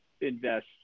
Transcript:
invest